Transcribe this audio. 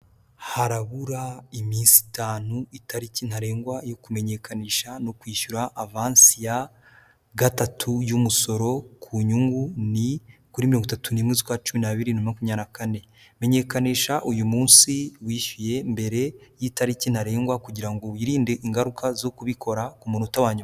Harabura iminsi itanu itariki ntarengwa yo kumenyekanisha no kwishyura avansi ya gatatu y'umusoro ku nyungu, ni kuri mirongo itatu n'imwe z'ukwacumi n'abiri bibiri na makumyabiri na kane, menyekanisha uyu munsi, wishyuye mbere y'itariki ntarengwa kugira ngo wirinde ingaruka zo kubikora ku munota wanyuma.